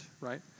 right